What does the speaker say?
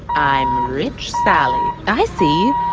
i'm rich sally i see.